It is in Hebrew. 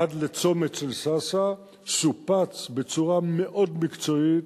עד לצומת של סאסא, שופץ בצורה מאוד מקצועית,